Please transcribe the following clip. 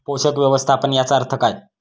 पोषक व्यवस्थापन याचा अर्थ काय?